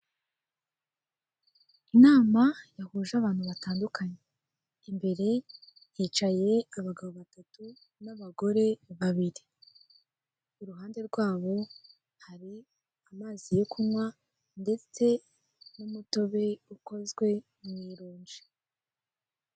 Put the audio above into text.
Inama yahuje abantu batandukanye. Imbere hicaye abagabo batatu n'abagore babiri. Iruhande rwabo hari amazi yo kunywa ndetse n'umutobe ukozwe mu ironji.